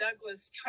Douglas